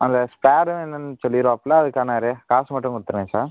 அந்த ஸ்பேரும் என்னென்னு சொல்லிடுவாப்புல அதுக்கான ரே காசு மட்டும் கொடுத்துருங்க சார்